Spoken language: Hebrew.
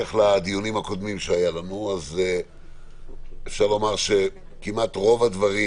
בהמשך לדיונים הקודמים שהיו לנו אפשר לומר שכמעט ברוב הדברים